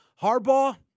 Harbaugh